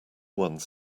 one